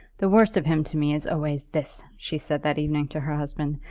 the worst of him to me is always this, she said that evening to her husband,